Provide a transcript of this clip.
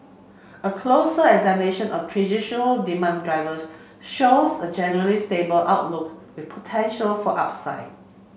a closer examination of traditional demand drivers shows a generally stable outlook with potential for upside